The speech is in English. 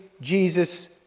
Jesus